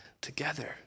together